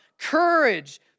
courage